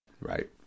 Right